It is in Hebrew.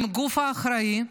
עם הגוף האחראי.